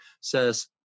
says